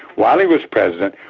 while he was president,